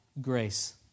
Grace